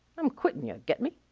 i'm quittin' yuh, get me?